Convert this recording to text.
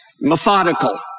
methodical